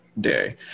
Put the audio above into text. day